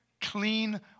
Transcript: clean